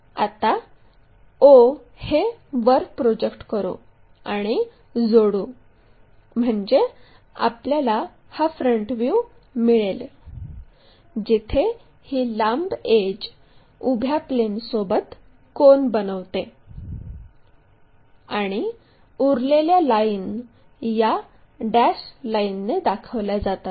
आता o हे वर प्रोजेक्ट करू आणि जोडू म्हणजे हा फ्रंट व्ह्यू मिळेल जिथे ही लांब एड्ज उभ्या प्लेनसोबत कोन बनविते आणि उरलेल्या लाईन या डॅश लाईनने दाखवल्या जातात